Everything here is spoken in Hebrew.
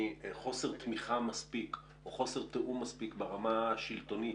מחוסר תמיכה מספיק או חוסר תיאום מספיק ברמה השלטונית,